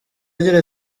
agira